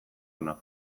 hona